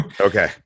Okay